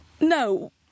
No